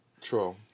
true